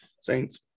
Saints